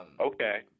Okay